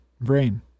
Brain